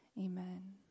Amen